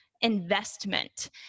investment